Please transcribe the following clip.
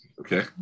Okay